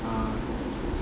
uh